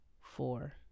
four